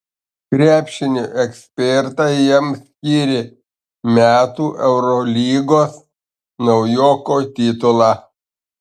krepšinio ekspertai jam skyrė metų eurolygos naujoko titulą